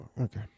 okay